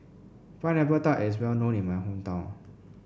Pineapple Tart is well known in my hometown